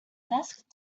desk